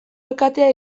alkatea